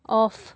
of